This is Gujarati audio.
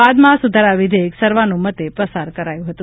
બાદમાં આ સુધારા વિધેયક સર્વાનુમતે પસાર કરાયું હતું